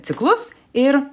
ciklus ir